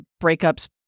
breakups